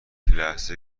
لحظه